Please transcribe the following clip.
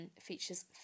features